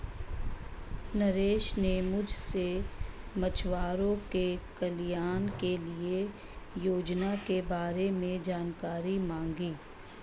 नरेश ने मुझसे मछुआरों के कल्याण के लिए योजना के बारे में जानकारी मांगी